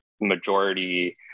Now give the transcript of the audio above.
majority